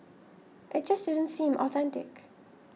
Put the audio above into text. it just didn't seem authentic